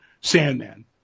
Sandman